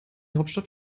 hauptstadt